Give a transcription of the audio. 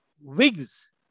wigs